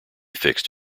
fixed